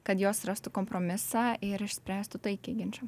kad jos rastų kompromisą ir išspręstų taikiai ginčą